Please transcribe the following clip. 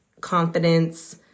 confidence